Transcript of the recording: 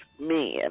men